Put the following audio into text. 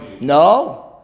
No